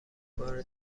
بار